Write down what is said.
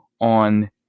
On